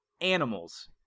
Animals